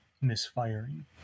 misfiring